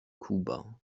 kuba